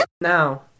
Now